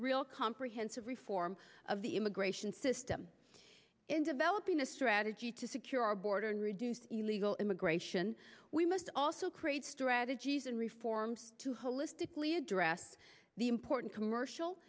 real comprehensive reform of the immigration system in developing this rata g to secure our border and reduce illegal immigration we must also create strategies and reforms to holistically address the important commercial